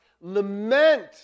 lament